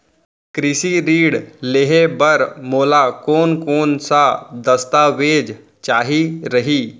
कृषि ऋण लेहे बर मोला कोन कोन स दस्तावेज चाही रही?